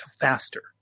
faster